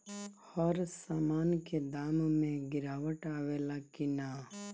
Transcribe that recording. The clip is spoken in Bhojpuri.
हर सामन के दाम मे गीरावट आवेला कि न?